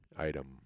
item